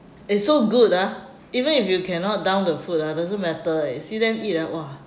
it's so good ah even if you cannot down the food ah doesn't matter you see them eat ah !wah!